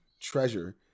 treasure